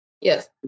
Yes